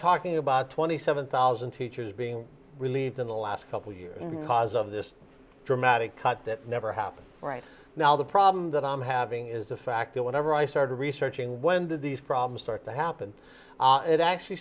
talking about twenty seven thousand teachers being relieved in the last couple years because of this dramatic cut that never happened right now the problem that i'm having is the fact that whenever i started researching when did these problems start to happen it actually